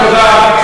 תודה.